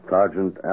Sergeant